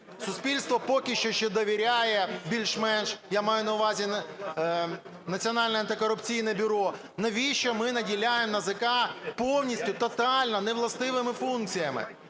суспільство поки що ще довіряє більш-менш, я маю на увазі Національне антикорупційне бюро. Навіщо ми наділяємо НАЗК повністю, тотально невластивими функціями?